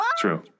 True